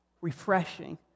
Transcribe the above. refreshing